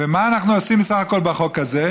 ומה אנחנו עושים סך הכול בחוק הזה?